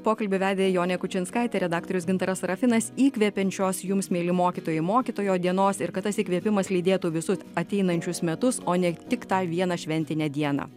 pokalbį vedė jonė kučinskaitė redaktorius gintaras sarafinas įkvepiančios jums mieli mokytojai mokytojo dienos ir kad tas įkvėpimas lydėtų visus ateinančius metus o ne tik tą vieną šventinę dieną